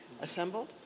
assembled